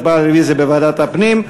הצבעה על רוויזיה בוועדת הפנים.